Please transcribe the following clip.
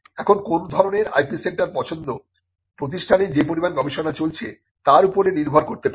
এখন কোন ধরনের IP সেন্টার পছন্দ প্রতিষ্ঠানে যে পরিমাণ গবেষণা চলছে তার উপরে নির্ভর করতে পারে